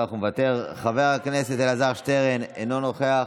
מישהו חייב לקחת אתכם לשיעור על איך להתנהג בכנסת.